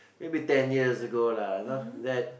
maybe ten years ago lah not that